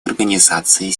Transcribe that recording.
организации